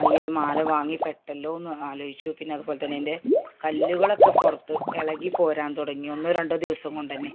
അ ഈ ഒരു മാല വാങ്ങി പെട്ടല്ലോ എന്ന് ആലോചിച്ചു പിന്നെ അതുപോലെ തന്നെ എൻ്റെ കല്ലുകളൊക്കെ പുറത്ത് ഇളകിപ്പോരാൻ തുടങ്ങി ഒന്നോ രണ്ടോ ദിവസം കൊണ്ട് തന്നെ